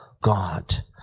God